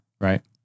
Right